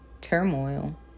turmoil